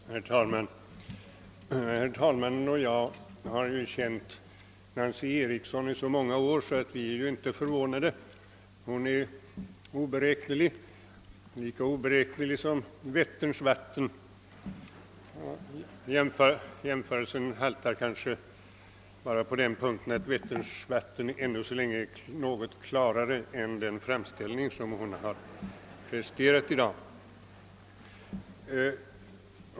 Herr talman! Herr talmannen och jag har känt fru Nancy Eriksson i så många år att vi inte är förvånade — hon är oberäknelig, lika oberäknelig som Vätterns vatten! Jämförelsen haltar kanske bara på den punkten, att Vätterns vatten ännu så länge är något klarare än den framställning som hon har presterat i dag.